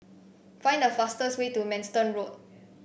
find the fastest way to Manston Road